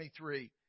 23